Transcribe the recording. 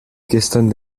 geston